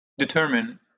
determine